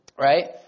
Right